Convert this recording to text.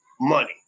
Money